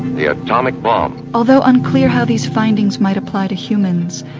the atomic bomb. although unclear how these findings might apply to humans,